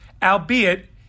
albeit